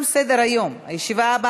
התשע"ו 2016,